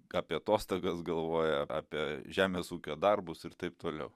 ką apie atostogas galvoja apie žemės ūkio darbus ir taip toliau